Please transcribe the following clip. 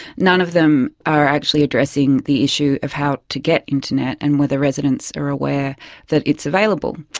none of them, are actually addressing the issue of how to get internet and whether residents are aware that it's available.